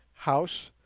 house,